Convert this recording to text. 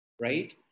right